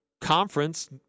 conference